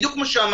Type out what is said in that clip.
בדיוק כמו שאמרת,